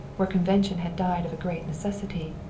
where convention had died of a great necessity.